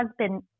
husband